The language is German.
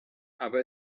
aber